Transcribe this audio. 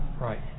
Right